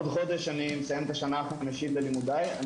בעוד חודש אני מסיים את השנה החמישית בלימודיי.